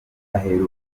ahera